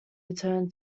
return